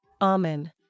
Amen